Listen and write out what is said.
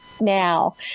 now